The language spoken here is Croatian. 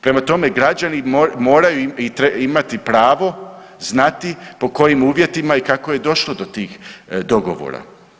Prema tome građani moraju, imati pravo, znati po kojim uvjetima i kako je došlo do tih dogovora.